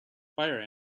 fire